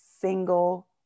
single